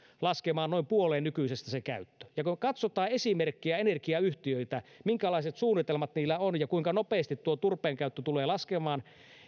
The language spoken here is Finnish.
laskemaan noin puoleen nykyisestä ja kun katsotaan esimerkkejä energiayhtiöitä minkälaiset suunnitelmat niillä on ja kuinka nopeasti tuo turpeen käyttö tulee laskemaan